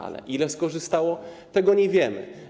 Ale ilu skorzystało, tego nie wiemy.